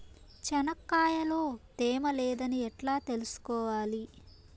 చెనక్కాయ లో తేమ లేదని ఎట్లా తెలుసుకోవాలి?